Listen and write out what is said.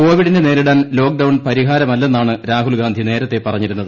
കോവിഡിനെ നേരിടാൻ ലോക്ക്ഡൌൺ പരിഹാരമല്ലെന്നാണ് രാഹുൽഗാന്ധി നേരത്തെ പറഞ്ഞിരുന്നത്